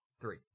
Three